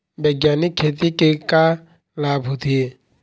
बैग्यानिक खेती के का लाभ होथे?